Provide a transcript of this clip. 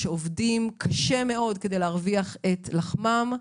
שעובדים קשה מאוד כדי להרוויח את לחמם,